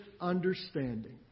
understanding